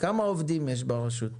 כמה עובדים יש ברשות?